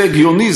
זה הגיוני?